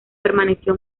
permaneció